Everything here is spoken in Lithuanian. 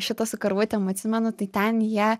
šitą su karvutėm atsimenu tai ten jie